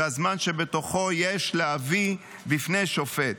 והזמן שבו יש להביאו בפני שופט.